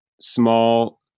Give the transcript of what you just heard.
small